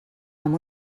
amb